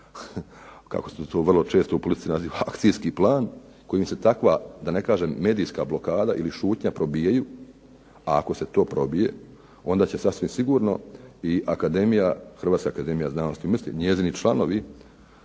kako se to vrlo često u politici naziva akcijski plan kojim se takva da ne kažem medijska blokada ili šutnja probijaju. A ako se to probije onda će sasvim sigurno i Akademija, Hrvatska akademija znanosti i umjetnosti, njezini članovi